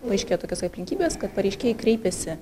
paaiškėjo tokios aplinkybės kad pareiškėjai kreipėsi